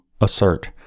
assert